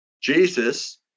Jesus